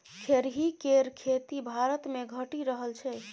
खेरही केर खेती भारतमे घटि रहल छै